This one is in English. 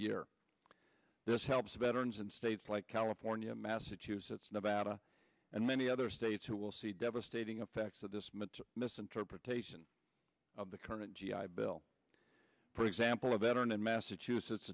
year this helps veterans in states like california massachusetts nevada and many other states who will see devastating effects of this meant misinterpretation of the current g i bill for example a veteran in massachusetts